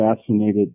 fascinated